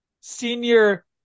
senior